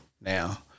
now